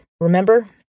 remember